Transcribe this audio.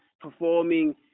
performing